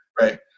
right